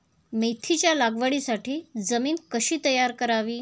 मेथीच्या लागवडीसाठी जमीन कशी तयार करावी?